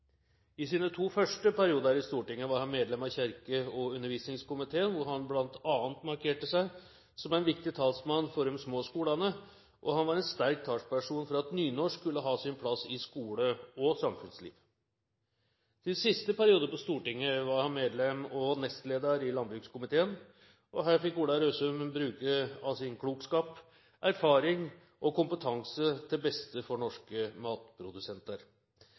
I sine to første perioder i Stortinget var han medlem av kirke- og undervisningskomiteen, hvor han bl.a. markerte seg som en viktig talsmann for de små skolene, og han var en sterk talsperson for at nynorsk skulle ha sin plass i skole og samfunnsliv. Sin siste periode på Stortinget var han medlem og nestleder i landbrukskomiteen. Her fikk Ola Røssum bruke av sin klokskap, erfaring og kompetanse til beste for norske matprodusenter.